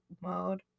mode